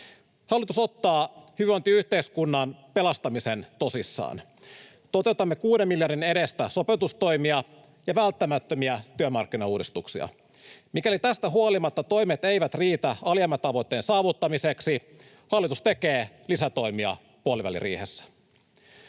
Hallitus ottaa hyvinvointiyhteiskunnan pelastamisen tosissaan. Toteutamme kuuden miljardin edestä sopeutustoimia ja välttämättömiä työmarkkinauudistuksia. Mikäli tästä huolimatta toimet eivät riitä alijäämätavoitteen saavuttamiseksi, hallitus tekee lisätoimia puoliväliriihessä.